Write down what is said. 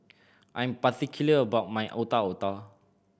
I am particular about my Otak Otak